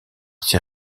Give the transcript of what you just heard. ses